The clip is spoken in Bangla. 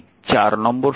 এটি নম্বর সমীকরণ